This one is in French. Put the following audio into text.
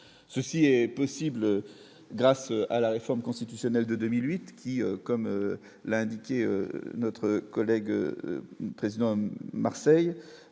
ceci est possible grâce à la réforme constitutionnelle de 2008, qui, comme l'a indiqué notre collègue président Marseille